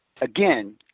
Again